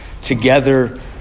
together